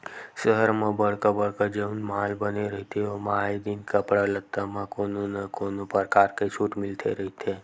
सहर म बड़का बड़का जउन माल बने रहिथे ओमा आए दिन कपड़ा लत्ता म कोनो न कोनो परकार के छूट मिलते रहिथे